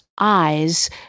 eyes